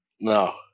No